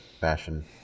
fashion